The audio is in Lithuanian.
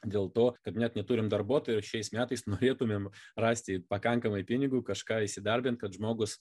dėl to kad net neturim darbuotojų šiais metais norėtumėm rasti pakankamai pinigų kažką įsidarbint kad žmogus